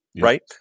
right